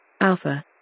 Alpha